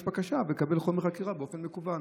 בקשה ולקבל חומר חקירה באופן מקוון,